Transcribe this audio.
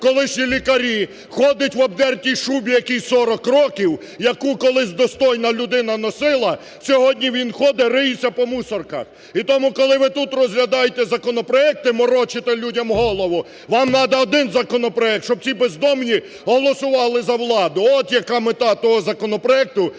колишні лікарі, ходить в обдертій шубі, якій 40 років, яку колись достойна людина носила, сьогодні він ходить, риється по мусорках. І тому, коли ви тут розглядаєте законопроекти, морочите людям голову вам треба один законопроект, щоб ці бездомні голосували за владу – от яка мета того законопроекту,